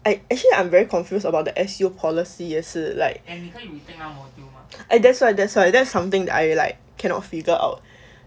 I actually I'm very confused about the S_U policy 也是 like I that's why that's why that's something I like cannot figure out